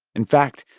in fact,